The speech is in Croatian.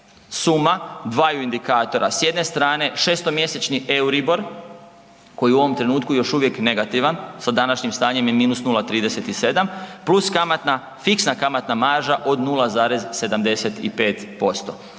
suma dvaju indikatora. S jedne strane šestomjesečni EURIBOR koji u ovom trenutku još uvijek negativan sa današnjim stanjem je minus 0,37 plus fiksna kamatna marža od 0,75%.